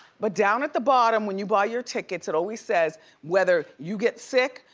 but down at the bottom when you buy your tickets, it always says whether you get sick,